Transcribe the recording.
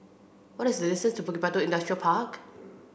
what is the distance to Bukit Batok Industrial Park